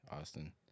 Austin